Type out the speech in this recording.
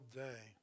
day